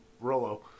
Rolo